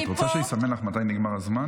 אני פה --- את רוצה שאני אסמן לך מתי נגמר הזמן?